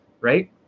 Right